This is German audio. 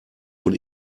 von